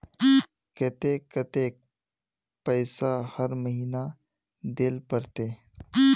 केते कतेक पैसा हर महीना देल पड़ते?